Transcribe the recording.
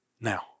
now